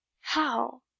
How